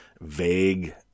vague